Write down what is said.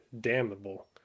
damnable